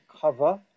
cover